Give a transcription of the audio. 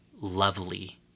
lovely